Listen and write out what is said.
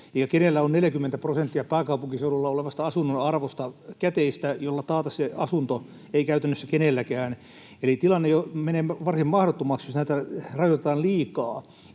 Ja kenellä on 40 prosenttia pääkaupunkiseudulla olevan asunnon arvosta käteistä, jolla taata se asunto? Ei käytännössä kenelläkään. Eli tilanne menee varsin mahdottomaksi, jos näitä rajoitetaan liikaa.